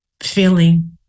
feeling